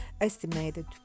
estimated